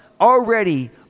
already